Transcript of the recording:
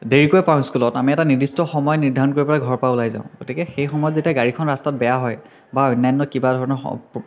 দেৰিকৈ পাওঁ স্কুলত আমি এটা নিৰ্দিষ্ট সময় নিৰ্ধাৰণ কৰি পেলাই ঘৰৰ পৰা ওলাই যাওঁ গতিকে সেই সময়ত যেতিয়া গাড়ীখন ৰাস্তাত বেয়া হয় বা অন্যান্য কিবা ধৰণৰ